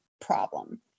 problem